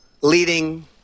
leading